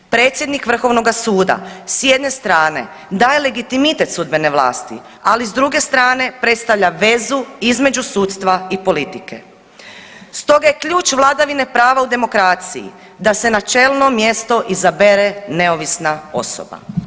Predsjednik Vrhovnoga suda s jedne strane daje legitimitet sudbene vlasti, ali s druge strane predstavlja vezu između sudstva i politike stoga je ključ vladavine prava u demokraciji, da se na čelno mjesto izabere neovisna osoba.